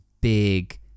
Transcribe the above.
big